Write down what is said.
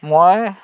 মই